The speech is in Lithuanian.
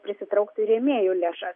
prisitrauktų rėmėjų lėšas